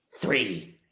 Three